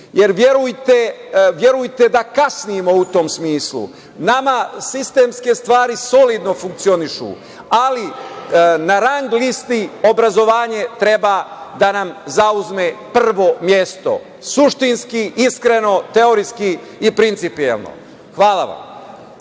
jer verujete da kasnimo u tom smislu. Nama sistemske stvari solidno funkcionišu, ali na rang listi obrazovanje treba da nam zauzme prvo mesto, suštinski, iskreno, teorijski i principijelno. Hvala vam.